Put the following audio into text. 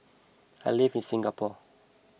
I live in Singapore